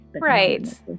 Right